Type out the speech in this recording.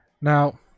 Now